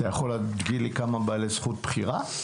אתה יכול להגיד לי כמה בעלי זכות בחירה?